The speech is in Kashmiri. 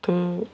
تہٕ